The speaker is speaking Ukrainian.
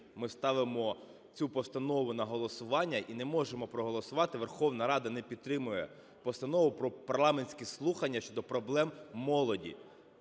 ми ставимо цю постанову на голосування і не можемо проголосувати, Верховна Рада не підтримує Постанову про парламентські слухання щодо проблем молоді.